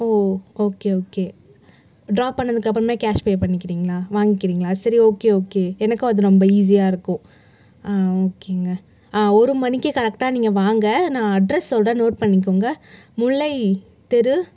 ஓ okay okay drop பண்ணதுக்கு அப்புறமே cash pay பண்ணிக்கிறீங்களா வாங்கிக்கிறீங்களா சரி ஓகே ஓகே எனக்கும் அது ரொம்ப ஈசியாக இருக்கும் ஆ ஓகேங்க ஆ ஒரு மணிக்கு கரெக்டாக நீங்கள் வாங்க நான் அட்ரஸ் சொல்கிறேன் நோட் பண்ணிக்கோங்க முல்லைத்தெரு